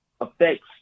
affects